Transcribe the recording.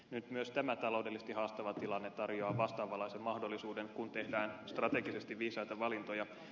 nyt myös tämä taloudellisesti haastava tilanne tarjoaa vastaavanlaisen mahdollisuuden kun tehdään strategisesti viisaita valintoja